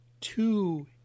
two